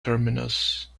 terminus